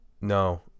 No